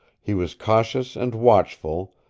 he was cautious and watchful,